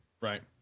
Right